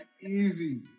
Easy